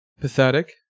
pathetic